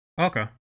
Okay